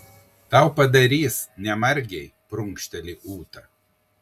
tau padarys ne margei prunkšteli ūta